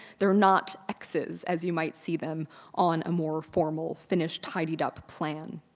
they're not x's as you might see them on a more formal, finished, tidied up plan.